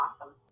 Awesome